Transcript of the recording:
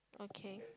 okay